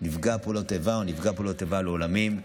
נפגע פעולות איבה הוא נפגע פעולות איבה לעולמים.